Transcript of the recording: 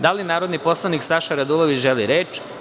Da li narodni poslanik Saša Radulović želi reč?